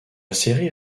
série